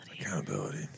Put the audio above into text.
Accountability